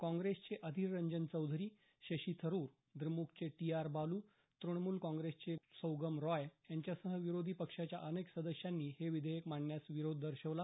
काँग्रेसचे अधीर रंजन चौधरी शशी थरुर द्रमुकचे T R Baalu Trinamool काँग्रेसचे सौगत रॉय यांच्यासह विरोधी पक्षांच्या अनेक सदस्यांनी हे विधेयक मांडण्यास विरोध दर्शवला